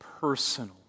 personal